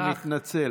אני מתנצל.